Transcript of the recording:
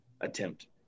attempt